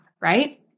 right